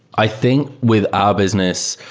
i think with our business,